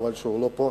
חבל שהוא לא פה,